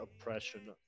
oppression